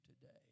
today